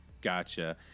Gotcha